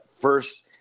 first